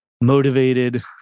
motivated